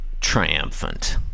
triumphant